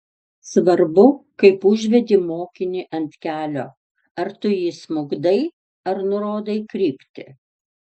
svarbu kaip užvedi mokinį ant kelio ar tu jį smukdai ar nurodai kryptį